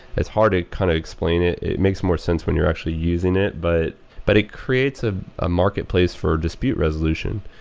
it's hard to kind of explain it. it makes more sense when you're actually using it. but but it creates ah a marketplace for dispute resolution,